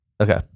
okay